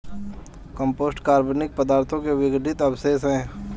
compost कार्बनिक पदार्थों के विघटित अवशेष हैं